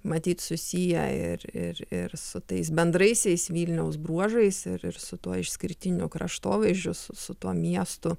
matyt susiję ir ir ir su tais bendraisiais vilniaus bruožais ir ir su tuo išskirtiniu kraštovaizdžiu su su tuo miestu